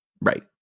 Right